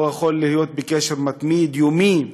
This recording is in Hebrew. הוא יכול להיות בקשר מתמיד, יומי,